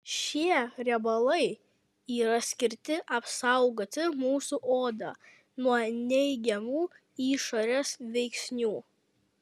šie riebalai yra skirti apsaugoti mūsų odą nuo neigiamų išorės veiksnių